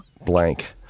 blank